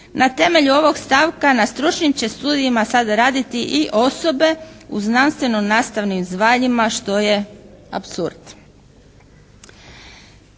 Na temelju ovog stavka na stručnim će studijima sada raditi i osobe u znanstveno-nastavnim zvanjima što je apsurd.